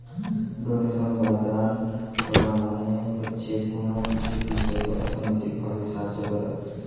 donation বা দান কোরা মানে হচ্ছে কুনো কিছুর বিষয় অর্থনৈতিক ভাবে সাহায্য কোরা